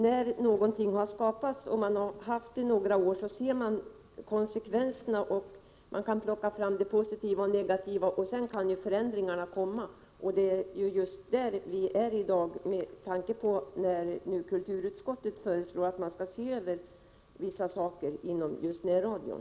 När något har skapats och när man har haft det några år kan man se konsekvenserna. Man kan plocka fram positiva och negativa aspekter. Därefter kan förändringar göras. Det är just i denna situation vi befinner oss i dag när nu kulturutskottet föreslår att vi skall se över vissa saker inom närradion.